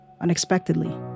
unexpectedly